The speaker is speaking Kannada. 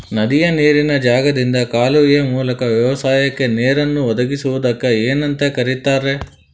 ನದಿಯ ನೇರಿನ ಜಾಗದಿಂದ ಕಾಲುವೆಯ ಮೂಲಕ ವ್ಯವಸಾಯಕ್ಕ ನೇರನ್ನು ಒದಗಿಸುವುದಕ್ಕ ಏನಂತ ಕರಿತಾರೇ?